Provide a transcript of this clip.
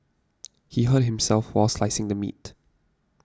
he hurt himself while slicing the meat